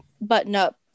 button-up